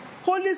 Holy